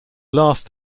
last